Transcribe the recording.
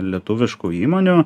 lietuviškų įmonių